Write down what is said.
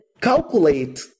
calculate